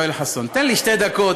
יואל חסון, תן לי שתי דקות.